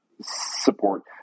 support